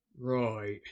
Right